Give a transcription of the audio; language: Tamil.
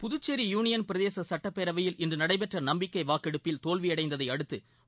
புதுச்சேி யுனியன் பிரதேச சட்டப்பேரவையில் இன்று நடைபெற்ற நம்பிக்கை வாக்கெடுப்பில் தோல்வியடைந்ததை தவறியதை அடுத்து